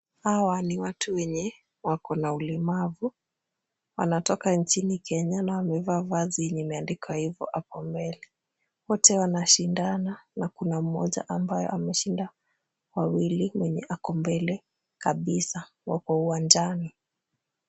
Hawa ni watu wenye wako na ulemavu. Wanatoka nchini Kenya na wamevaa vazi yenye imeandikwa hivyo hapo mbele. Wote wanashindana na kuna mmoja ambaye ameshinda wawili mwenye ako mbele kabisa. Wako uwanjani.